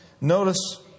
notice